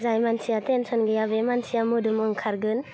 जाय मानसिया टेनसन गैया बे मानसिया मोदोम ओंखारगोन